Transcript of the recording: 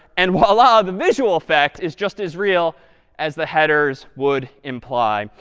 and voila, the visual effect is just as real as the headers would imply.